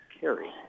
carry